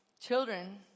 children